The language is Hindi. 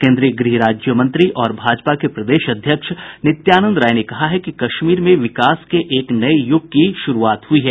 केन्द्रीय गृह राज्य मंत्री भाजपा के प्रदेश अध्यक्ष नित्यानंद राय ने कहा है कि कश्मीर में विकास के एक नये युग की शुरूआत हुई है